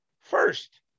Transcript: first